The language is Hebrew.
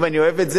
אם אני אוהב את זה?